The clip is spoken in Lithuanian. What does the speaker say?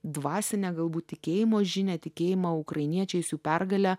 dvasinę galbūt tikėjimo žinią tikėjimą ukrainiečiais jų pergale